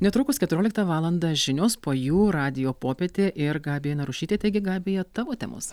netrukus keturioliktą valandą žinios po jų radijo popietė ir gabija narušytė taigi gabija tavo temos